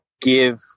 give